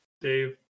Dave